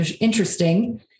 interesting